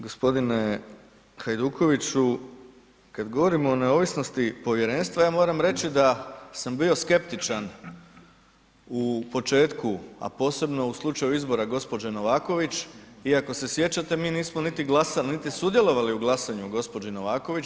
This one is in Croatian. Gospodine Hajdukoviću kad govorimo o neovisnosti povjerenstva ja moram reći da sam bio skeptičan u početku a posebno u slučaju izbora gospođe Novaković i ako se sjećate mi nismo niti glasali, niti sudjelovali u glasanju gospođe Novaković.